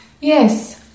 Yes